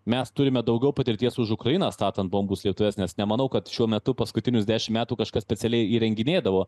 mes turime daugiau patirties už ukrainą statant bombų slėptuves nes nemanau kad šiuo metu paskutinius dešim metų kažkas specialiai įrenginėdavo